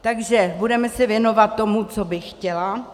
Takže se budeme věnovat tomu, co bych chtěla.